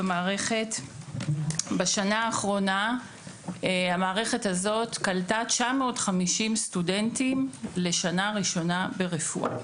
בשנה האחרונה המערכת הזו קלטה 950 סטודנטים לשנה ראשונה ברפואה.